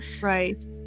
Right